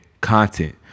content